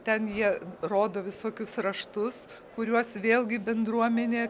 ten jie rodo visokius raštus kuriuos vėlgi bendruomenė